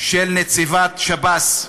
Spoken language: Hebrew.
של נציבת שב"ס.